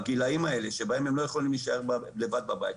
בגלל שבגילאים האלה הם לא יכולים להישאר לבד בבית.